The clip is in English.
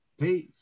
Peace